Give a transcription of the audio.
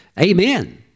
Amen